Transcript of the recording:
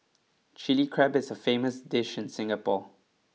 Chilli Crab is a famous dish in Singapore